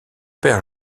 père